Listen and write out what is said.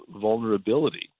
vulnerability